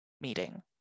meeting